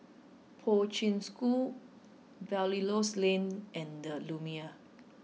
Poi Ching School Belilios Lane and the Lumiere